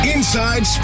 Inside